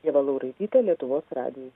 ieva lauraitytė lietuvos radijas